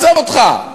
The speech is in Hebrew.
עזוב אותך,